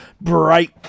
bright